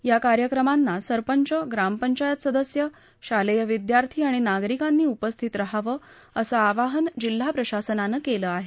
या कार्यक्रमांना सरपंच ग्रामपंचायत सदस्य शालेय विदयार्थी आणि नागरिकांनी उपस्थित रहावं असं आवाहन जिल्हा प्रशासनानं केलं आहे